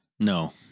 No